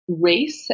race